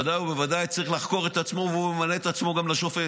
ובוודאי צריך לחקור את עצמו והוא ממנה את עצמו גם לשופט.